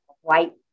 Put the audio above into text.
white